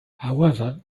however